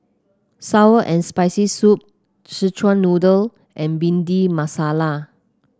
sour and Spicy Soup Szechuan Noodle and Bhindi Masala